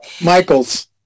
Michaels